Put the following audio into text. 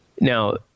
Now